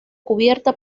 cubierta